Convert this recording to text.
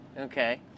Okay